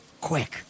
Quick